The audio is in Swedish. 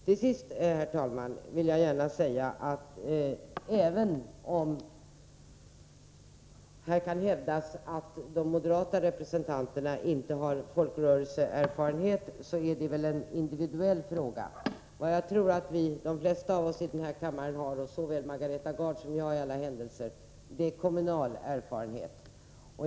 Till sist vill jag gärna säga, att även om man här kan hävda att de moderata representanterna inte har folkrörelseerfarenhet, är det väl en individuell fråga. Jag tror att de flesta av oss i den här kammaren — Margareta Gard och jag i alla händelser — har kommunal erfarenhet.